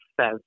says